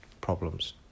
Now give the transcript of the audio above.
problems